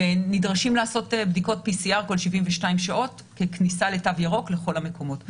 והן נדרשות לעשות בדיקות PCR כל 72 שעות ככניסה לתו ירוק לכל המקומות.